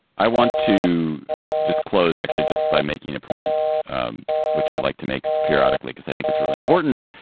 i want to just close, actually, just by making a point um which i'd like to make periodically, because i think it's really important,